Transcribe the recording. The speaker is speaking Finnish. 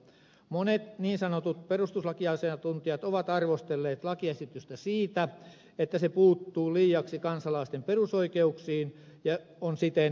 monet niin sanotut perustuslakiasiantuntijat ovat arvostelleet lakiesitystä siitä että se puuttuu liiaksi kansalaisten perusoikeuksiin ja on siten perustuslakimme vastainen